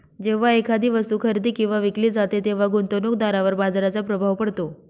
जेव्हा एखादी वस्तू खरेदी किंवा विकली जाते तेव्हा गुंतवणूकदारावर बाजाराचा प्रभाव पडतो